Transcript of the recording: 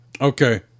Okay